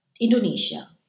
Indonesia